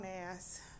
ass